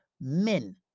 men